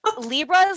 Libras